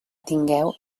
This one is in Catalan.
tingueu